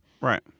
Right